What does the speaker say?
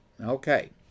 Okay